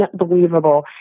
unbelievable